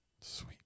sweet